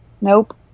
nope